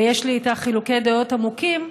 ויש לי איתך חילוקי דעות עמוקים,